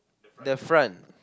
the front